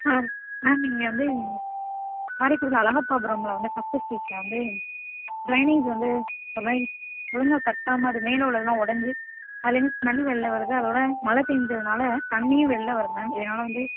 ஆ ma'am இங்கே வந்து காரைக்குடியில அழகப்பாபுரமில் வந்து ஃபர்ஸ்ட்டு ஸ்ட்ரீட்டில் வந்து ட்ரைனேஜ் வந்து ஒரு மாதிரி ஒழுங்காக கட்டாம அது மேலே உள்ளதெல்லாம் உடஞ்சி அதுலர்ந்து ஸ்மெல் வெளில வருது அதோட மழை பேஞ்சதுனால தண்ணியும் வெளில வருது மேம் இதனால் வந்து